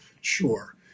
Sure